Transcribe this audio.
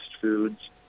foods